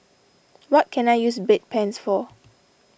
what can I use Bedpans for